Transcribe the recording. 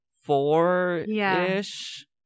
four-ish